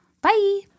Bye